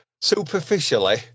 superficially